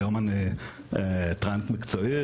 היום אני טרנס מקצועי,